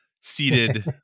seated